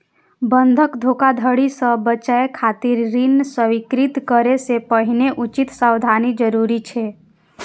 बंधक धोखाधड़ी सं बचय खातिर ऋण स्वीकृत करै सं पहिने उचित सावधानी जरूरी छै